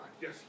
Yes